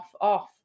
off